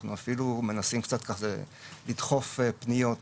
אנחנו אפילו מנסים לדחוף פניות,